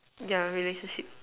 their relationship